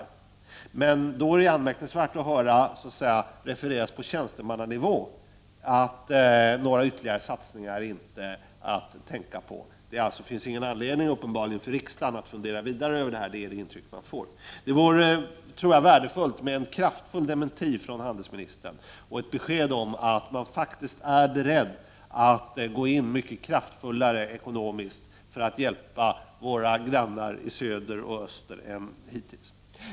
I den situationen är det anmärkningsvärt att få höra refereras på tjänstemannanivå att några ytterligare satsningar inte är att tänka på. Det finns uppenbarligen ingen anledning för riksdagen att fundera vidare över detta. Det är det intryck man får. Det vore värdefullt med en kraftfull dementi från handelsministern och ett besked om att man faktiskt är beredd att gå in mycket kraftfullare än hittills för att hjälpa våra grannar i söder och öster ekonomiskt.